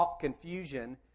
confusion